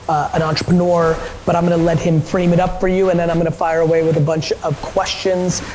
an entrepreneur, but i'm gonna let him frame it up for you and then i'm gonna fire away with a bunch of questions.